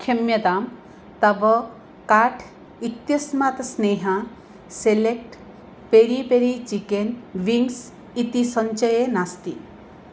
क्षम्यतां तव कार्ट् इत्यस्मिन् Sneha select peri peri chicken wings इति सञ्चये नास्ति